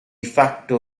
facto